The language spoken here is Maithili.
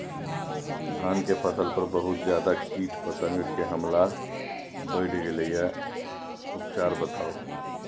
धान के फसल पर बहुत ज्यादा कीट पतंग के हमला बईढ़ गेलईय उपचार बताउ?